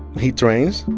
he trains.